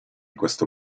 questo